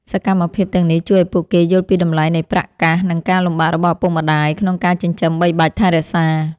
សកម្មភាពទាំងនេះជួយឱ្យពួកគេយល់ពីតម្លៃនៃប្រាក់កាសនិងការលំបាករបស់ឪពុកម្តាយក្នុងការចិញ្ចឹមបីបាច់ថែរក្សា។